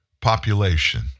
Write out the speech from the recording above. population